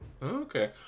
okay